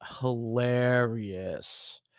hilarious